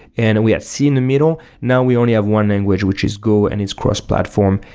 and and we had c in the middle, now we only have one language which is go and it's cross-platform,